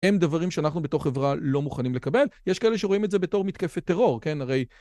הם דברים שאנחנו בתור חברה לא מוכנים לקבל. יש כאלה שרואים את זה בתור מתקפת טרור, כן?